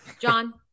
John